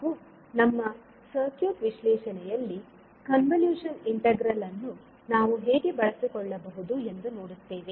ಹಾಗೂ ನಮ್ಮ ಸರ್ಕ್ಯೂಟ್ ವಿಶ್ಲೇಷಣೆಯಲ್ಲಿ ಕನ್ವಲ್ಯೂಷನ್ ಇಂಟಿಗ್ರಲ್ ಅನ್ನು ನಾವು ಹೇಗೆ ಬಳಸಿಕೊಳ್ಳಬಹುದು ಎಂದು ನೋಡುತ್ತೇವೆ